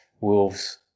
Wolves